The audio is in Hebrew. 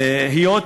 היות